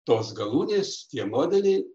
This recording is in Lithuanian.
tos galūnės tie modeliai